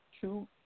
two